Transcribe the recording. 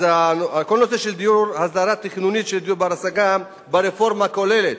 כל הנושא של הסדרה תכנונית של דיור בר-השגה ברפורמה הכוללת,